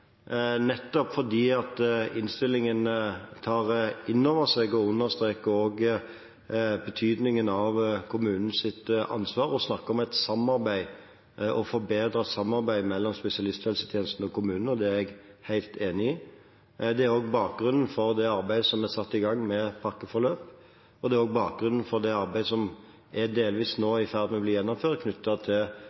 nettopp fordi man i innstillingen også tar inn over seg og understreker betydningen av kommunens ansvar og snakker om et samarbeid – et forbedret samarbeid – mellom spesialisthelsetjenesten og kommunen. Det er jeg helt enig i. Det er bakgrunnen for det arbeidet som er satt i gang med pakkeforløp, og det er også bakgrunnen for det arbeidet som nå delvis er i ferd med å bli gjennomført